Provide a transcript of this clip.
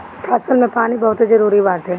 फसल में पानी बहुते जरुरी बाटे